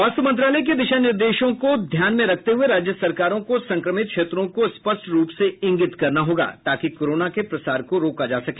स्वास्थ्य मंत्रालय के दिशा निर्देशों को ध्यान में रखते हुए राज्य सरकारों को संक्रमित क्षेत्रों को स्पष्ट रुप से इंगित करना होगा ताकि कोरोना के प्रसार को रोका जा सके